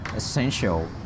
essential